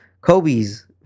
Kobe's